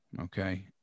Okay